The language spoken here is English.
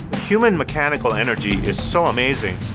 human mechanical energy is so amazing.